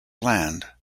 land